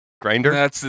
Grinder